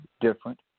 different